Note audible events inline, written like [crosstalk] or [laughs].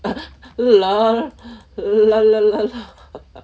lol lol lol lol lol [laughs]